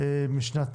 משנת